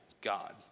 God